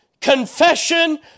confession